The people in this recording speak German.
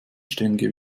stehenden